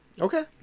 okay